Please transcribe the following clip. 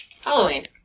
Halloween